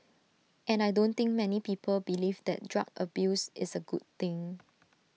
and I don't think many people believe that drug abuse is A good thing